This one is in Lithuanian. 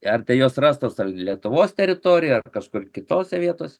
ar tai jos rastos ar lietuvos teritorijoj ar kažkur kitose vietose